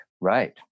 Right